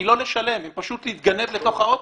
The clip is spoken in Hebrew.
לא לשלם אלא פשוט להתגנב אל תוך האוטובוס.